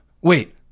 wait